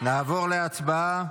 נעבור להצבעה.